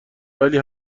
ولی